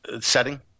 setting